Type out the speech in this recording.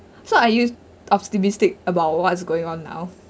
so I use optimistic about what's going on now